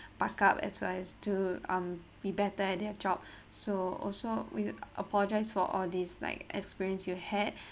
backup as well as to um be better at their job so also we apologize for all these like experience you had